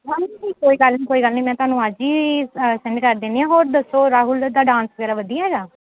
ma'am ਨਹੀਂ ਕੋਈ ਗੱਲ ਨਹੀਂ ਕੋਈ ਗੱਲ ਨਹੀਂ ਮੈਂ ਤੁਹਾਨੂੰ ਅੱਜ ਹੀ ਸੈਂਡ ਕਰ ਦਿੰਦੀ ਹਾਂ ਹੋਰ ਦੱਸੋ ਰਾਹੁਲ ਦਾ ਉੱਦਾਂ ਡਾਂਸ ਵਗੈਰਾ ਵਧੀਆ ਹੈਗਾ